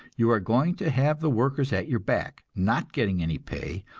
you are going to have the workers at your back, not getting any pay,